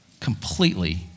completely